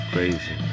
Crazy